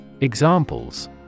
Examples